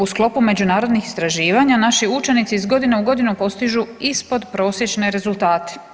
U sklopu međunarodnih istraživanja, naši učenici iz godine u godinu postižu ispodprosječne rezultate.